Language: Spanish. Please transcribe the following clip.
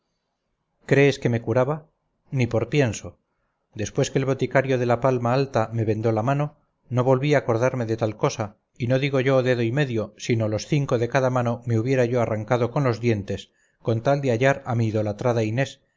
crees que me curaba ni por pienso después que el boticario de la palma alta me vendó la mano no volví a acordarme de tal cosa y no digo yo dedo y medio sino los cinco de cada mano me hubiera yo arrancado con los dientes con tal de hallar a mi idolatrada inés